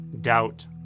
doubt